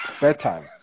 bedtime